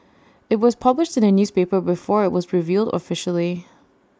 IT was published in the newspaper before IT was revealed officially